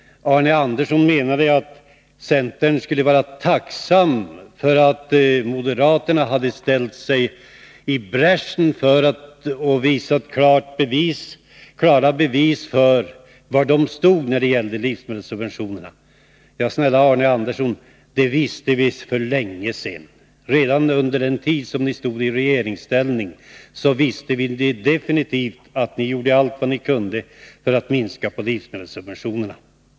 Arne Andersson i Ljung menade att centern skulle få vara tacksam för att moderaterna har ställt sig i bräschen och visat klara bevis för var de står när det gäller livsmedelssubventionerna. Snälla Arne Andersson, det visste vi för länge sedan! Redan under den tid som ni var i regeringsställning visste vi definitivt att ni gjorde allt vad ni kunde för att minska på livsmedelssubventionerna.